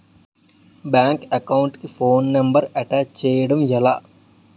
Bank account కి phone number attach చేయడం ఎలా?